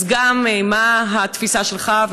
אז מה התפיסה שלך,